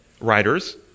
writers